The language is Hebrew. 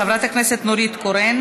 חברת הכנסת נורית קורן,